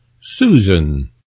Susan